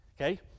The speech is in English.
okay